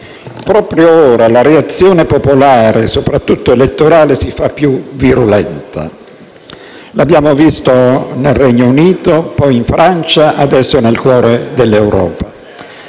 proprio ora la reazione popolare, soprattutto elettorale, si fa più virulenta. L'abbiamo visto nel Regno Unito, poi in Francia, adesso nel cuore dell'Europa.